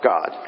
God